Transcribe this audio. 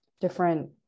different